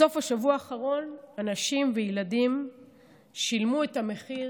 בסוף השבוע האחרון אנשים וילדים שילמו את המחיר